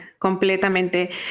completamente